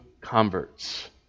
converts